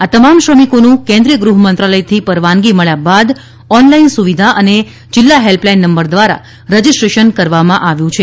આ તમામ શ્રમિકોનું કેન્દ્રિય ગૃહમંત્રાલયથી પરવાનગી મળ્યા બાદ ઓનલાઇન સુવિધા અને જિલ્લા હેલ્પલાઇન નંબર દ્વારા રજીસ્ટ્રેશન કરવામાં આવ્યું છે